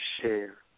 share